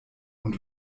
und